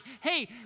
hey